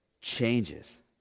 changes